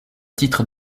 titre